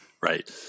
right